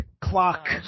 Clock